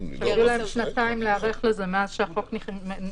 היו להם שנתיים להיערך לזה מאז שהחוק עבר בקריאה שנייה.